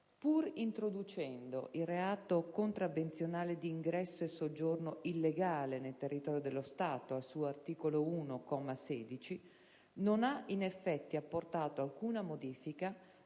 pur introducendo il reato contravvenzionale di ingresso e soggiorno illegale nel territorio dello Stato al suo articolo 1, comma 16, non ha in effetti apportato alcuna modifica